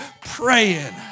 praying